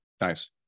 nice